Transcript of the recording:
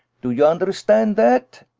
do you understand that?